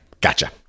gotcha